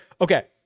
okay